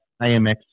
AMX